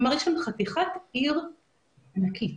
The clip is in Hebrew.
כלומר, יש שם חתיכת עיר ענקית.